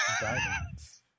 diamonds